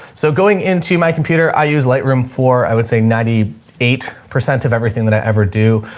so going into my computer, i use light room for, i would say ninety eight percent of everything that i ever do.